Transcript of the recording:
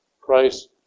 Christ